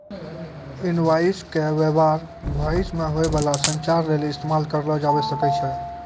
invoice के व्य्वहार भविष्य मे होय बाला संचार लेली इस्तेमाल करलो जाबै सकै छै